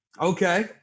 Okay